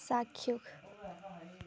চাক্ষুষ